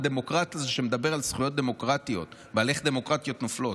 הדמוקרט הזה שמדבר על זכויות דמוקרטיות ועל איך דמוקרטיות נופלות?